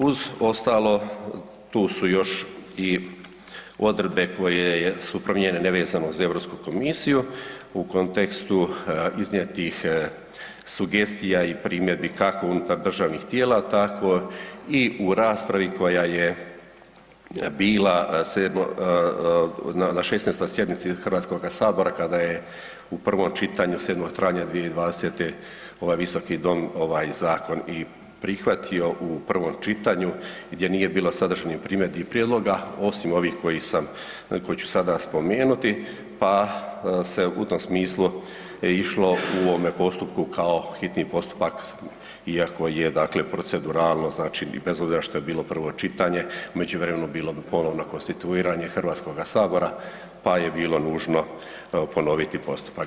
Uz ostalo tu su još i odredbe koje su promijenjene nevezano za Europsku komisiju u kontekstu iznijetih sugestija i primjedbi kako unutar državnih tijela, tako i u raspravi koja je bila na 16. sjednici HS kada je u prvom čitanju 7. travnja 2020. ovaj visoki dom ovaj zakon i prihvatio u prvom čitanju gdje nije bilo sadržanih primjedbi i prijedloga osim ovih koji sam, koje ću sada spomenuti, pa se u tom smislu išlo u ovome postupku kao hitni postupak iako je dakle proceduralno, znači bez obzira što je bilo prvo čitanje u međuvremenu bilo ponovno konstituiranje HS, pa je bilo nužno ponoviti postupak.